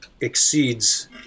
exceeds